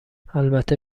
البته